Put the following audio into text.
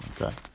Okay